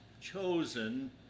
chosen